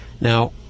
Now